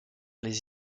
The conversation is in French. les